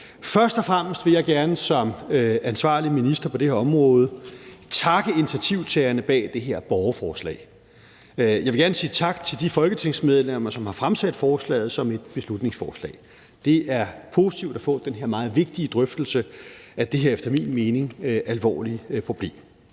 Først og fremmest vil jeg gerne som ansvarlig minister for det her område takke initiativtagerne bag det her borgerforslag. Jeg vil gerne sige tak til de folketingsmedlemmer, som har fremsat forslaget som et beslutningsforslag. Det er positivt at få den her meget vigtige drøftelse af det her efter min mening alvorlige problem.